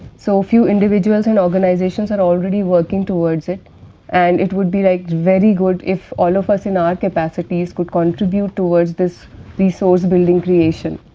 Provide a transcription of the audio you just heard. so, few individuals and organizations are already working towards it and it would be like very good if all of us in our capacities could contribute towards this resource building creation.